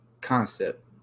concept